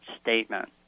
statement